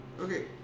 okay